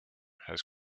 has